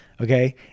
okay